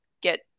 get